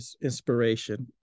inspiration